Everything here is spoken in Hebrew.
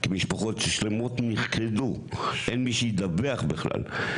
כי משפחות שלמות נכחדו, אין מי שידווח בכלל.